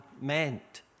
meant